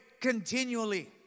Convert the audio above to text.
continually